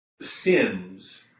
sins